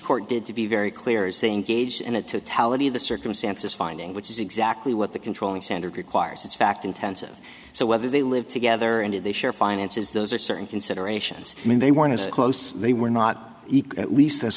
court did to be very clear is saying gauge in a tally of the circumstances finding which is exactly what the controlling standard requires it's fact intensive so whether they live together and if they share finances those are certain considerations i mean they weren't as close they were not at least as